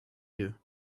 you